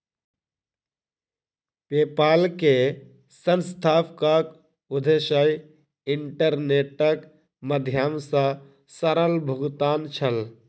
PayPal के संस्थापकक उद्देश्य इंटरनेटक माध्यम सॅ सरल भुगतान छल